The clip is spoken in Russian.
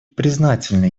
признательны